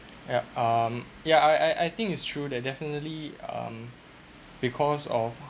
yup um yeah I I I think it's true that definitely um because of